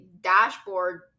dashboard